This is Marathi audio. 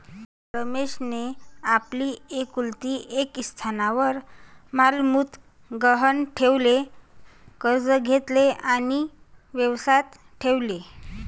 रमेशने आपली एकुलती एक स्थावर मालमत्ता गहाण ठेवून कर्ज घेतले आणि व्यवसायात ठेवले